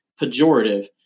pejorative